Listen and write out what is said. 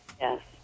Yes